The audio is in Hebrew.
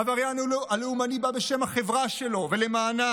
העבריין הלאומני בא בשם החברה שלו ולמענה.